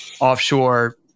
offshore